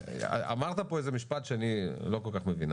אמרת פה משפט שאני לא כל כך מבין.